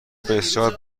بسیار